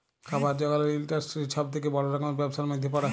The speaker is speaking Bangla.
খাবার জাগালের ইলডাসটিরি ছব থ্যাকে বড় রকমের ব্যবসার ম্যধে পড়ে